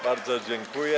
Bardzo dziękuję.